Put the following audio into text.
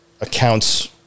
accounts